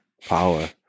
power